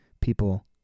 people